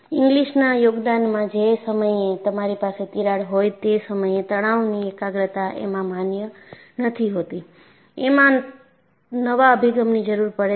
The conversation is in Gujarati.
ઇંગ્લિસના યોગદાનમાં જે સમયે તમારી પાસે તિરાડ હોય તે સમયે તણાવની એકાગ્રતા એમાં માન્ય નથી હોતી એમાં નવા અભિગમની જરૂર પડે છે